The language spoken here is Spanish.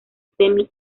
semi